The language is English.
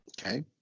Okay